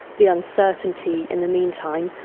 the uncertainty in the meantime,